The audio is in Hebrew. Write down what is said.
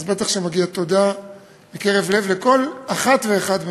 אז בטח שמגיעה תודה מקרב לב לכל אחת ואחד מהם.